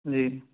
جی